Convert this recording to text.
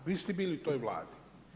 Vi ste bili u toj Vladi.